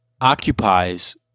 occupies